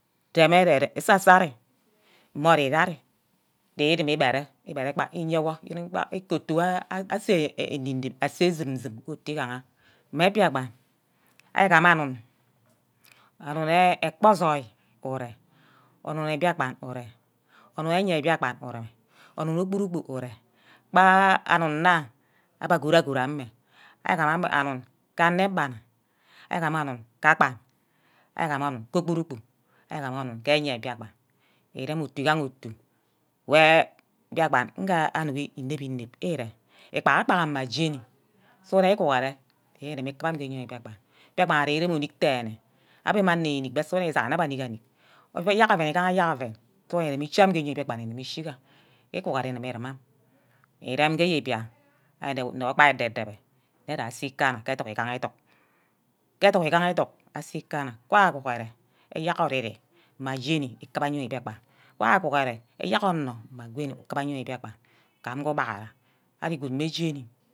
Dem ere-rem nsa sari mme orira ari di dume igbere, igbere gba iyourwor, yeme gba oto-ton wor ase enep-nep, ase sum-sum ke uti igaha mme mbiakpan, ari gama anun, anun ekpa asoil, are onun mbiakpan ure onun enya mbiakpan ure onun oburu ure gbaa anun ke anebana, ari gama arun ka agban, ari gama anun ke obur-bu. ari gama anun ke enya mbiakpan, irem otu igahe otu wey nge mbiakpan age anugi inep-nepere, egbaga-igbaga mma jeni sughuren iworhore je ikubo iku am ke eyoi mbiakpan, mbiakpan ari irem onick denne abbe mme anor enick wor sughuren isack nne abbe onick-onick, eyerk oven igaha eyerk oven sughuren ugube eshi amin ke bikpan ugumu ushiga iguhore ugumu urem amin, erem ke ye bian nrewor-gba ede-debe nne ja abe ikana ke educk egaha edug, ke edug egaha edug se ikanna won aguhurear eyerk ori-ri mma jeni ukuba eyoi mbiakpan, won aguhure eyerk onor mma gami ikiba eyoi mbiakpan, gam ke ubaghara ari good mme jeni.